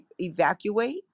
evacuate